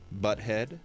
butthead